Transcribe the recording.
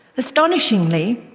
astonishingly,